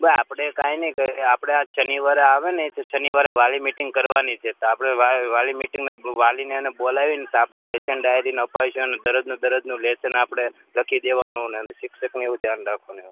બે આપણે કાંઈ નહીં કરીએ આપણે આ શનિવારે આવે ને એ તો શનિવારે વાલી મિટિંગ કરવાની છે તે આપણે વાલી મિટિંગને વાલીને ને બોલાવીને આપણે લેશન ડાયરીને અપાવીશું ને દરરોજનું દરરોજ લેસન આપણે લખી દેવાનું ને શિક્ષકને એવું ધ્યાન રાખવાનું એવું